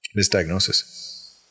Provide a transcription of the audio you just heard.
misdiagnosis